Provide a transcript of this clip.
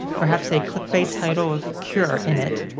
perhaps a clickbait title of cure in it,